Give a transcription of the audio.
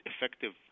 effective